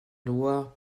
loire